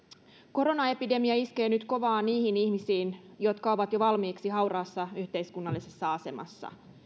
koronaepidemia iskee nyt kovaa niihin ihmisiin jotka ovat jo valmiiksi hauraassa yhteiskunnallisessa asemassa